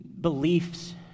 beliefs